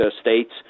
states